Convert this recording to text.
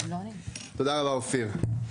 תודה רבה אופיר.